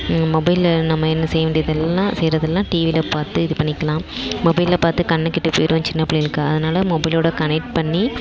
மொபைலில் நம்ம என்ன செய்ய வேண்டியதெல்லாம் செய்கிறதெல்லாம் டிவியில் பார்த்து இது பண்ணிக்கலாம் மொபைலில் பார்த்து கண் கெட்டு போயிடும் சின்ன பிள்ளைகளுக்கு அதனால மொபைலோடு கனக்ட் பண்ணி